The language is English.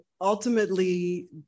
ultimately